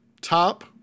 top